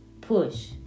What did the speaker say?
Push